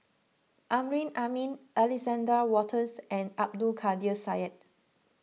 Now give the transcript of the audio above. Amrin Amin Alexander Wolters and Abdul Kadir Syed